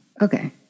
okay